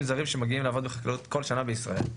זרים שמגיעים לעבוד בחקלאות כל שנה בישראל.